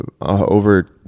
over